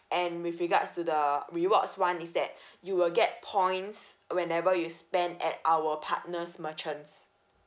and with regards to the rewards one is that you will get points whenever you spend at our partners merchants